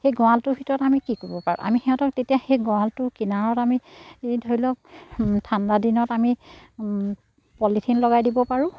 সেই গঁৰালটোৰ ভিতৰত আমি কি কৰিব পাৰোঁ আমি সিহঁতক তেতিয়া সেই গঁৰালটোৰ কিনাৰত আমি ধৰি লওক ঠাণ্ডা দিনত আমি পলিথিন লগাই দিব পাৰোঁ